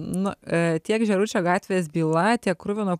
nu tiek žėručio gatvės byla tiek kruvino